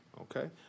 Okay